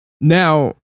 now